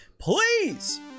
please